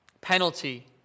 penalty